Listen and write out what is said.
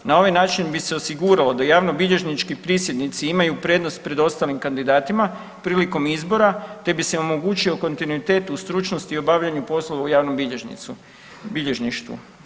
Na ovaj način bi se osiguralo da javnobilježnički prisjednici imaju prednost pred ostalim kandidatima prilikom izbora, te bi se omogućio kontinuitet u stručnosti i obavljanju poslova u javnom bilježništvu.